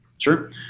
Sure